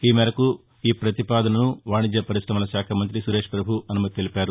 ఈ మేరకు ఈ ప్రతిపాదనను వాణిజ్య పరిశమలశాఖ మంతి సురేష్ పభు అనుమతి తెలిపారు